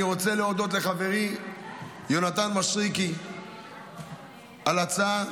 אני רוצה להודות לחברי יונתן מישרקי על ההצעה,